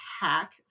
hack